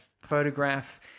photograph